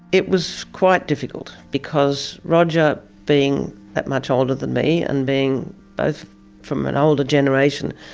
it was quite difficult, because roger being that much older than me and being but from an older generation,